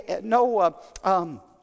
no